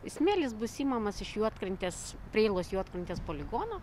smėlis bus imamas iš juodkrantės preilos juodkrantės poligono